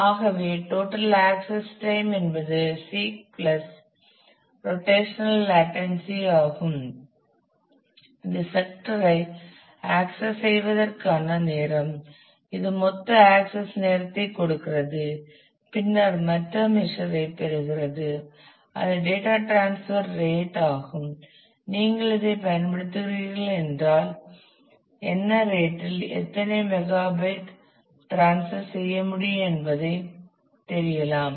ஆகவே total access time என்பது seek plus rotational latency ஆகும் இது செக்ட்டரை ஆக்சஸ் செய்வதற்கான நேரம் இது மொத்த ஆக்சஸ் நேரத்தைக் கொடுக்கிறது பின்னர் மற்ற மெசர் ஐ பெறுகிறது அது டேட்டா டிரான்ஸ்பர் ரேட் ஆகும் நீங்கள் இதைப் பயன்படுத்துகிறீர்கள் என்றால் என்ன ரேட்டில் எத்தனை மெகாபைட் டிரான்ஸ்பர் செய்ய முடியும் என்பதை தெரியலாம்